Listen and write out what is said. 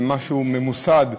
למשהו ממוסד,